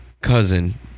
cousin